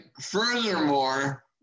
furthermore